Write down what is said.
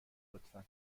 لطفا